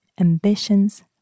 ambitions